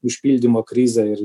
užpildymo krizę ir